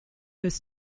his